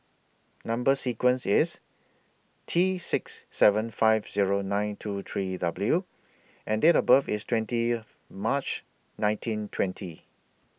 Number sequence IS T six seven five Zero nine two three W and Date of birth IS twentieth March nineteen twenty